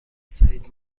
سعید